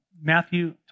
Matthew